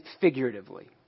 figuratively